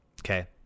Okay